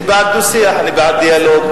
אני בעד דו-שיח, בעד דיאלוג.